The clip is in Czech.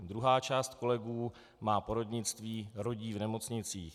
Druhá část kolegů má porodnictví, rodí v nemocnicích.